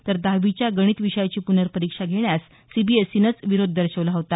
तर दहावीच्या गणित विषयाची पूर्नपरीक्षा घेण्यास सीबीएसईनेच विरोध दर्शविला होता